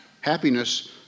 Happiness